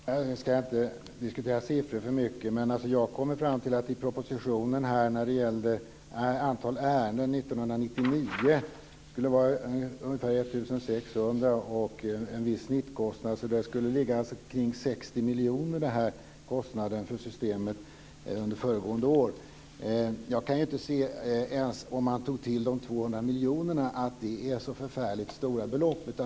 Fru talman! Jag ska inte diskutera siffror för mycket. Men jag har genom propositionen kommit fram till att antalet ärenden 1999 skulle vara ungefär 1 600. Med en viss snittkostnad skulle kostnaden för systemet ligga kring 60 miljoner under föregående år. Jag kan inte ens om man tog till de 200 miljonerna se att det är så förfärligt stora belopp.